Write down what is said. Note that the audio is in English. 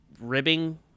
ribbing